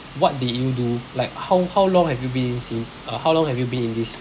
what did you do like how how long have you been in since uh how long have you been in this